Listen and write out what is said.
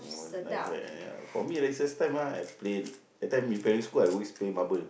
oh it's nice right ya for me recess time ah I play that time in primary school I always play marble